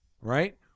right